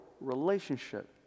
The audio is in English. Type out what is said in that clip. relationship